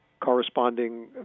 corresponding